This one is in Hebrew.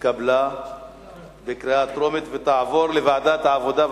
התקבלה בקריאה טרומית ותעבור לוועדת העבודה,